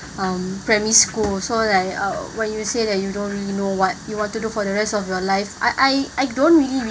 um primary school so like uh when you say that you don't really know what you want to do for the rest of your life I I don't really